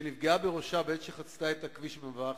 שנפגעה בראשה בעת שחצתה את הכביש במעבר חצייה.